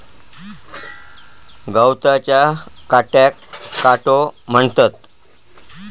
गवताच्या काट्याक काटो म्हणतत